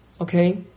okay